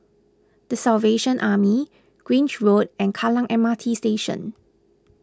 the Salvation Army Grange Road and Kallang M R T Station